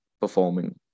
performing